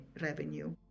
revenue